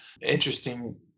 interesting